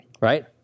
Right